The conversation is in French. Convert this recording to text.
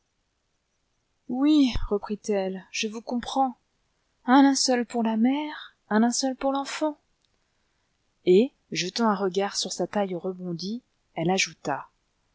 oui reprit-elle je vous comprends un linceul pour la mère un linceul pour l'enfant et jetant un regard sur sa taille rebondie elle ajouta